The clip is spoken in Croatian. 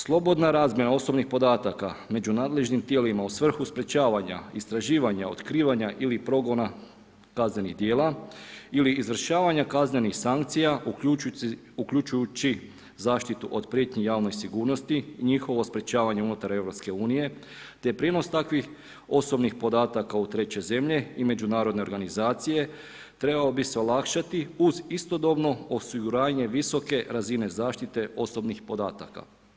Slobodna razmjena osobnih podataka među nadležnim tijelima u svrhu sprečavanja istraživanja, otkrivanja ili progona kaznenih djela ili izvršavanja kaznenih sankcija uključujući zaštitu od prijetnji javnoj sigurnosti i njihovo sprečavanje unutar EU, te prijenos takvih osobnih podataka u treće zemlje i međunarodne organizacije trebao bi se olakšati uz istodobno osiguranje visoke razine zaštite osobnih podataka.